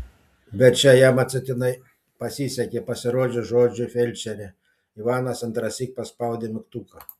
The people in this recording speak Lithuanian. bet čia jam atsitiktinai pasisekė pasirodžius žodžiui felčerė ivanas antrąsyk paspaudė mygtuką